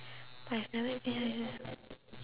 I've never been either